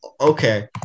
Okay